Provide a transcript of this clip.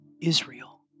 Israel